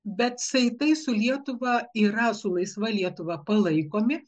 bet saitai su lietuva yra su laisva lietuva palaikomi